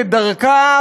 כדרכה,